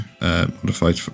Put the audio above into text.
modified